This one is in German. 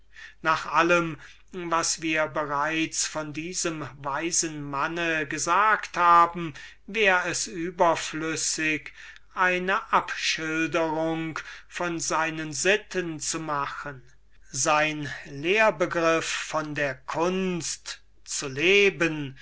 nach allem was wir bereits von diesem weisen manne gesagt haben wär es überflüssig eine abschilderung von seinen sitten zu machen sein lehr begriff von der kunst zu leben